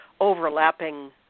overlapping